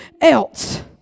else